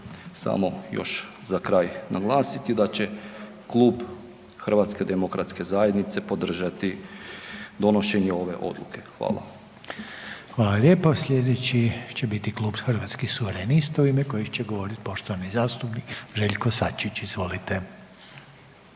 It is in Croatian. samo još za kraj naglasiti da će Klub Hrvatske demokratske zajednice podržati donošenje ove Odluke. Hvala. **Reiner, Željko (HDZ)** Hvala lijepo. Sljedeći će biti Klub Hrvatskih suverenista u ime kojeg će govoriti poštovani zastupnik Željko Sačić. Izvolite.